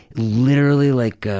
literally like